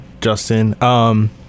Justin